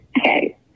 Okay